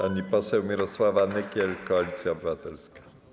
Pani poseł Mirosława Nykiel, Koalicja Obywatelska.